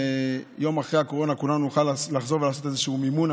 שיום אחרי הקורונה כולנו נוכל לחזור ולעשות איזושהי מימונה,